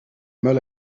mal